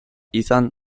izan